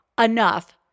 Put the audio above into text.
enough